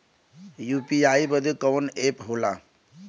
UPI बदे कवन app होला?